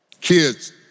kids